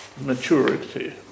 maturity